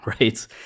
right